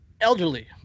elderly